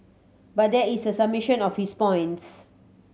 but here is a summation of his points